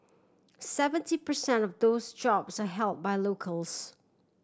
seventy per cent of those jobs are held by locals